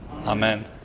Amen